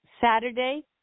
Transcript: Saturday